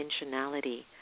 intentionality